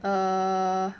err